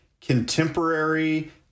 Contemporary